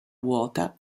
vuota